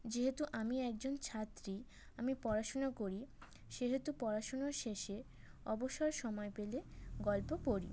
যেহেতু আমি একজন ছাত্রী আমি পড়াশোনা করি সেহেতু পড়াশোনার শেষে অবসর সময় পেলে গল্প পড়ি